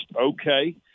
okay